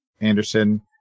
Anderson